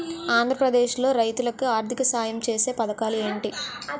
ఆంధ్రప్రదేశ్ లో రైతులు కి ఆర్థిక సాయం ఛేసే పథకాలు ఏంటి?